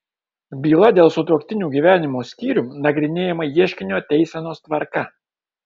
byla dėl sutuoktinių gyvenimo skyrium nagrinėjama ieškinio teisenos tvarka